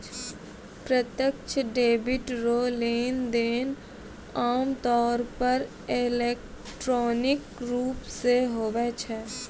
प्रत्यक्ष डेबिट रो लेनदेन आमतौर पर इलेक्ट्रॉनिक रूप से हुवै छै